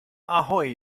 ahoi